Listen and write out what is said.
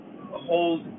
hold